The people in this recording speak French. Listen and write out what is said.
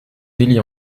délit